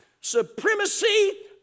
supremacy